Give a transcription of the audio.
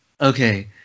Okay